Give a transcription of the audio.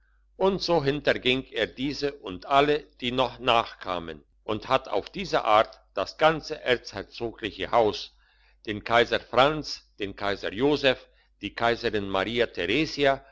und so hinterging er diese und alle die noch nachkamen und hat auf diese art das ganze erzherzogliche haus den kaiser franz den kaiser joseph die kaiserin maria theresia